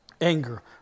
anger